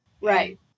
Right